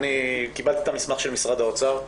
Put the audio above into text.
אני קיבלתי את המסמך של משרד האוצר.